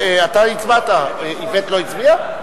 איווט לא הצביע?